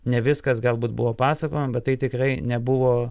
ne viskas galbūt buvo pasakojama bet tai tikrai nebuvo